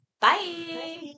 Bye